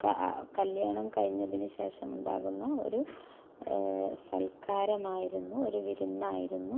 കാ കല്യാണം കഴിഞ്ഞതിനു ശേഷമുണ്ടാകുന്ന ഒരു സത്ക്കാരമായിരുന്നു ഒരു വിരുന്നായിരുന്നു